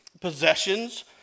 possessions